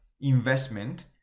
investment